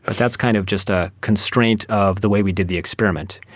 but that's kind of just a constraint of the way we did the experiment.